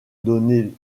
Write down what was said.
donné